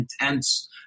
intense